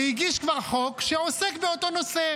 וכבר הגיש חוק שעוסק באותו נושא.